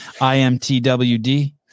I'mtwd